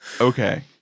Okay